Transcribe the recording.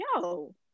yo